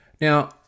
Now